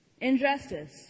Injustice